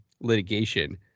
litigation